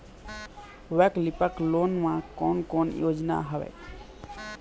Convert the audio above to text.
वैकल्पिक लोन मा कोन कोन योजना हवए?